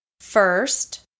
First